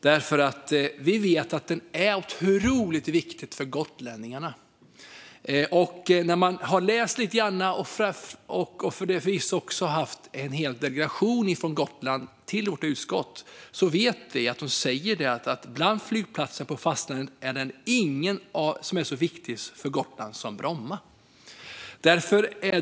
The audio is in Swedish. Vi vet att Bromma flygplats är otroligt viktig för gotlänningarna. Efter att ha läst på om detta och haft en hel delegation från Gotland i vårt utskott vet vi att gotlänningarna anser att ingen flygplats på fastlandet är så viktig för Gotland som Bromma flygplats.